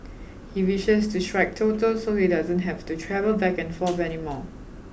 he wishes to strike Toto so he doesn't have to travel back and forth any more